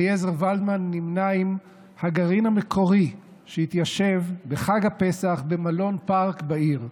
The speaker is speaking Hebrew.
אליעזר ולדמן נמנה עם הגרעין המקורי שהתיישב בחג הפסח במלון פארק בעיר.